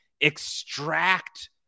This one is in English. extract